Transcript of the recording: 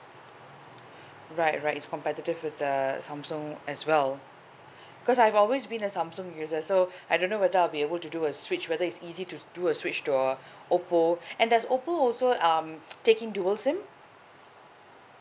right right it's competitive with the samsung as well cause I have always been a samsung user so I don't know whether I will be able to do a switch whether it's easy to do a switch to a oppo and does oppo also um take in dual SIM